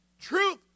Truth